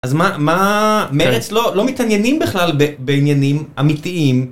אז מה, מה, מרץ לא, לא מתעניינים בכלל בעניינים אמיתיים.